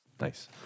Nice